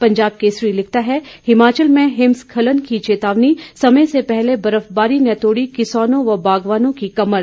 पंजाब केसरी लिखता है हिमाचल में हिमस्खलन की चेतावनी समय से पहले बर्फबारी ने तोड़ी किसानों व बागवानों की कमर